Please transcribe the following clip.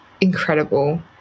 incredible